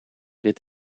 dit